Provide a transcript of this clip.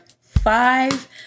five